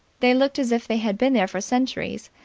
they looked as if they had been there for centuries.